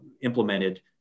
implemented